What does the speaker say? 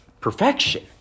perfection